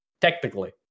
technically